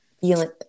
feeling